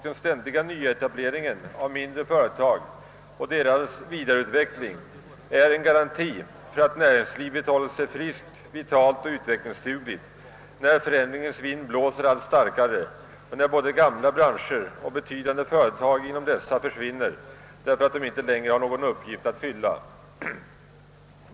Den ständiga nyetableringen av mindre företag och deras vidareutveckling är därför en garanti för att näringslivet håller sig friskt, vitalt och utvecklingsdugligt när förändringens vind blåser allt starkare och när både gamla branscher och betydande företag inom dessa försvinner därför att de inte längre har någon uppgift att fylla.